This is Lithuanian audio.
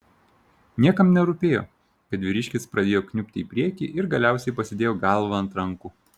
niekam nerūpėjo kad vyriškis pradėjo kniubti į priekį ir galiausiai pasidėjo galvą ant rankų